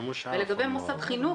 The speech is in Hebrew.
לגבי מוסד חינוך,